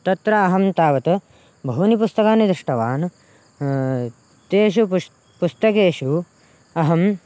तत्र अहं तावत् बहूनि पुस्तकानि दृष्टवान् तेषु पुश् पुस्तकेषु अहम्